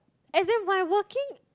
as in my working